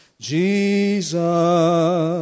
Jesus